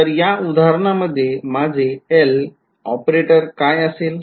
तर या उदाहरणामध्ये माझे L ऑपरेटर काय असेल